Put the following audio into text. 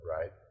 right